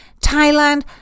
Thailand